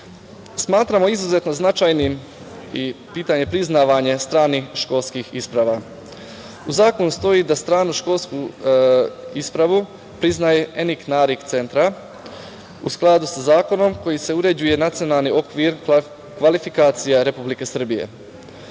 jeziku. Smatramo izuzetno značajnim i pitanje priznavanja stranih školskih isprava. U zakonu stoji da stranu školsku ispravu priznaje ENIK/NARIK centar u skladu sa zakonom kojim se uređuje nacionalni okvir kvalifikacija Republike Srbije.